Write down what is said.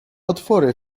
otwory